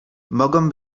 mogą